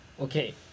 Okay